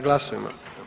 Glasujmo.